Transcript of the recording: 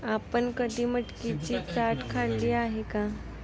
आपण कधी मटकीची चाट खाल्ली आहे का?